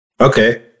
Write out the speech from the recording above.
Okay